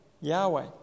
Yahweh